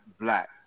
black